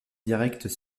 direct